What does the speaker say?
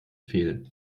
fehlen